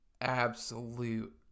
absolute